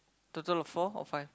total four or five